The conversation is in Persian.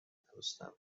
پوستم